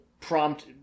prompt